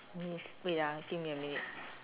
miss wait ah give me a minute